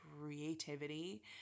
creativity